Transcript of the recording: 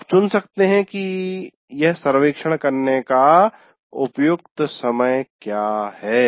आप चुन सकते हैं कि यह सर्वेक्षण करने का उपयुक्त समय क्या है